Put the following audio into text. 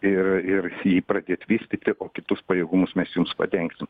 ir ir jį pradėt vystyti o kitus pajėgumus mes jums padengsim